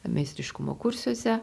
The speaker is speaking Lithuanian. meistriškumo kursuose